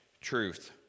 truth